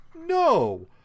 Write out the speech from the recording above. no